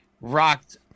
rocked